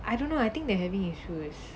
I don't know I think they're having issues